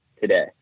today